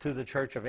to the church of